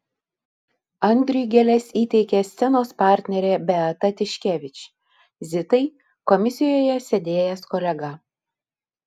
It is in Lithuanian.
andriui gėles įteikė scenos partnerė beata tiškevič zitai komisijoje sėdėjęs kolega